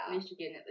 Michigan